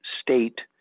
state